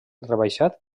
rebaixat